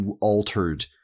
altered